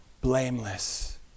blameless